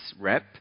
rep